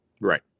Right